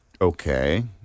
Okay